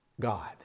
God